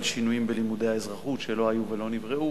שינויים בלימודי האזרחות שלא היו ולא נבראו.